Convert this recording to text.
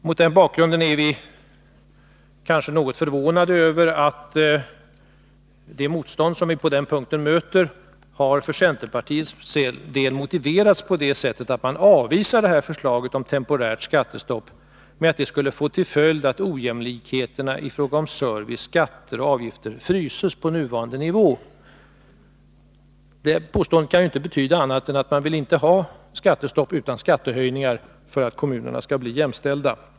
Mot den bakgrunden är vi kanske något förvånade över att det motstånd som vi på den punkten möter för centerns del har motiverats med att ett temporärt skattestopp skulle få till följd att ojämlikheterna i fråga om service, skatter och avgifter fryses på nuvarande nivå. Det påståendet kan inte betyda något annat än att man inte vill ha skattestopp utan skattehöjningar för att kommunerna skall bli jämställda!